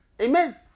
Amen